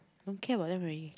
don't care about them already